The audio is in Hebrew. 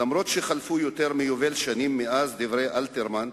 אומנם חלפו יותר מיובל שנים מאז מילותיו של אלתרמן,